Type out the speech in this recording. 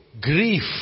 grief